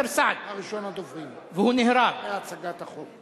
"סעאת" אתה ראשון הדוברים אחרי הצגת החוק.